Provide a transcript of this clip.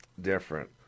different